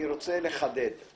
בצלאל, אני רוצה לומר לך